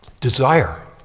desire